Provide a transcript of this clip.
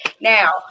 Now